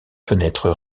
fenêtres